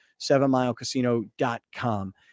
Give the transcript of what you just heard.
sevenmilecasino.com